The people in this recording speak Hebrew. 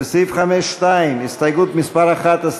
לסעיף 5(2), הסתייגות מס' 11